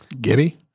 Gibby